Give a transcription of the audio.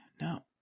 No